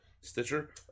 Stitcher